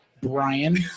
Brian